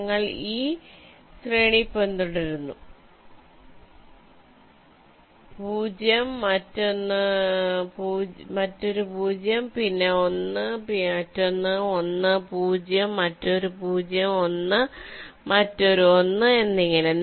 ഞങ്ങൾ ഈ ശ്രേണി പിന്തുടരുന്നു 0 മറ്റൊരു 0 പിന്നെ 1 മറ്റൊന്ന് 1 0 മറ്റൊരു 0 1 മറ്റൊരു 1 എന്നിങ്ങനെ